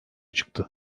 çıktı